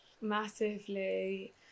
Massively